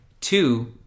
Two